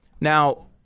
Now